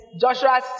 Joshua